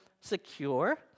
secure